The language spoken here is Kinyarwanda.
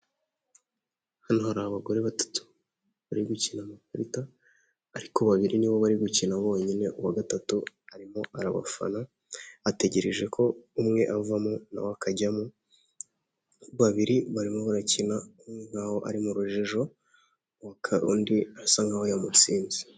Hano hari abagore batatu, bari gukina amakarita, ariko babiri nibo bari gukina bonyine, uwa gatatu arimo arabafana, ategereje ko umwe avamo n'awe akajyamo, babiri barimo barakina nk'aho ari mu rujijo, undi arasa nk'aho yamutsinze.